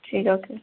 ଠିକ୍ ଅଛି